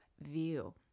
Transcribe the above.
view